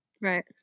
Right